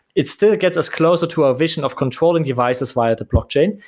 it still gets us closer to a vision of controlling devices via the blockchain,